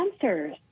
answers